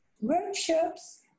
workshops